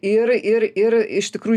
ir ir ir iš tikrų